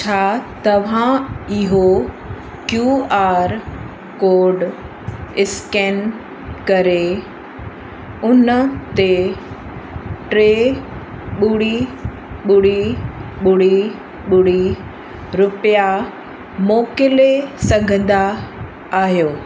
छा तव्हां इहो क्यू आर कोड स्कैन करे उन ते ट्रे ॿुड़ी ॿुड़ी ॿुड़ी ॿुड़ी रुपिया मोकिले सघंदा आहियो